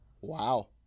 Wow